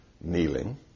kneeling